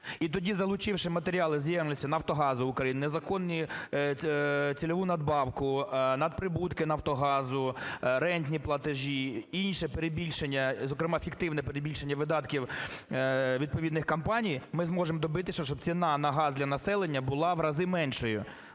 І тоді, залучивши матеріали …….… "Нафтогазу України", незаконні… цільову надбавку, надприбутки "Нафтогазу", рентні платежі, інше перебільшення, зокрема фіктивне перебільшення видатків відповідних компаній, ми зможемо добитися, щоб ціна на газ для населення була в рази меншою.